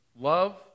love